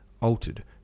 altered